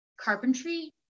carpentry